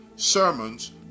sermons